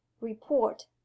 report